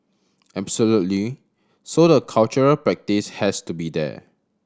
absolutely so the cultural practice has to be there